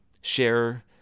share